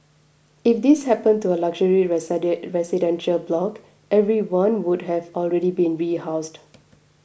if this happened to a luxury residential block everyone would have already been rehoused